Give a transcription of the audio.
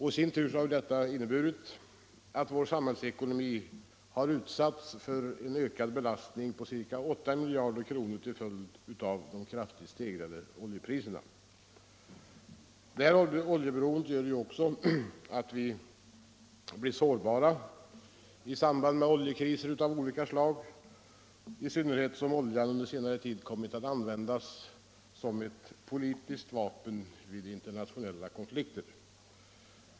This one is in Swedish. I sin tur har detta inneburit att vår samhällsekonomi har utsatts för en ökad belastning på ca 8 miljarder kronor till följd av de kraftigt stegrade oljepriserna. Detta vårt stora oljeberoende gör också att vi blir mycket sårbara i samband med oljekriser av olika slag, i synnerhet som oljan under senare tid har kommit att användas som ett politiskt vapen vid internationella konflikter.